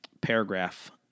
paragraph